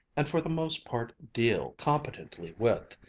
and for the most part deal competently with,